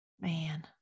Man